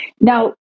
Now